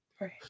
Right